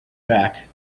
back